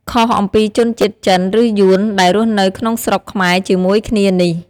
ខុសអំពីជនជាតិចិនឬយួនដែលរស់នៅក្នុងស្រុកខ្មែរជាមួយគ្នានេះ។